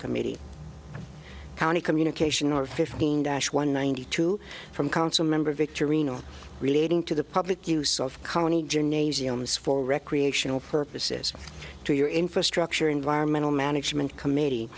committee county communication are fifteen dash one ninety two from council member victory not relating to the public use of county gymnasiums for recreational purposes to your infrastructure environmental management committee